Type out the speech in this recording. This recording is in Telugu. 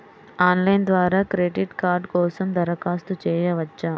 ఆన్లైన్ ద్వారా క్రెడిట్ కార్డ్ కోసం దరఖాస్తు చేయవచ్చా?